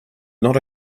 not